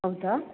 ಹೌದಾ